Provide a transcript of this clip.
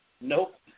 Nope